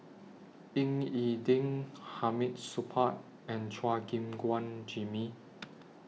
Ying E Ding Hamid Supaat and Chua Gim Guan Jimmy